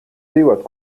dzīvot